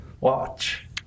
Watch